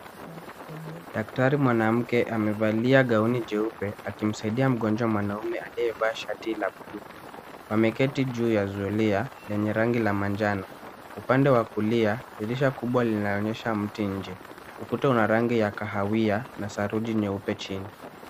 Daktari mwanamke amevalia gauni jeupe, akimsaidia mgonjwa mwanaume aliyevaa shati la buluu. Ameketi juu ya zulia lenye rangi la manjano. Upande wa kulia, dirisha kubwa linaonyesha mti nje. Ukuta una rangi ya kahawia na saruji nyeupe chini.